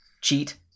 cheat